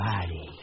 body